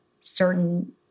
certain